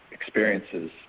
experiences